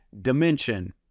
dimension